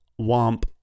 womp